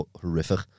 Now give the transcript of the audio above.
horrific